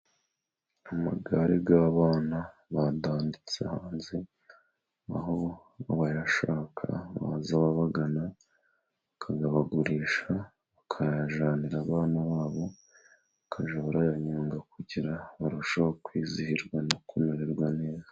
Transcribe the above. Amagare y'abana badanditse hanze, aho abayashaka baza babagana, bakayabagurisha, bakayajyanira abana babo, bakajya barayanyonga kugira barusheho kwizihirwa no kumererwa neza.